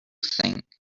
think